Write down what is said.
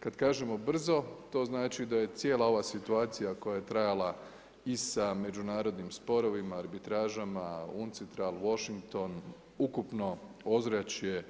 Kada kažemo brzo, to znači da je cijela ova situacija koja je trajala i sa međunarodnim sporovima, arbitražama, UNCITRAL, Washington ukupno ozračje